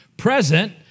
Present